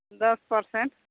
ᱫᱚᱥ ᱯᱟᱨᱥᱮᱱᱴ